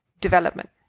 development